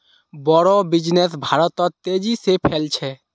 बोड़ो बिजनेस भारतत तेजी से फैल छ